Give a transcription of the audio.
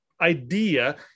idea